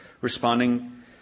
Responding